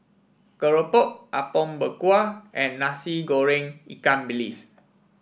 Keropok Apom Berkuah and Nasi Goreng Ikan Bilis